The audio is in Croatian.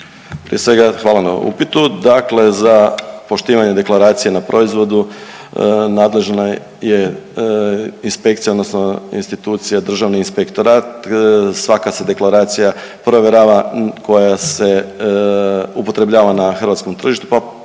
Prije svega hvala na upitu, dakle za poštivanje deklaracije na proizvodu nadležna je inspekcija odnosno institucija Državni inspektorat. Svaka se deklaracija provjerava koja se upotrebljava na hrvatskom tržištu,